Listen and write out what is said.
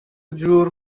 جور